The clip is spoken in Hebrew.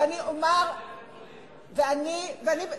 כמנהלת בית-חולים.